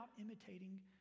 imitating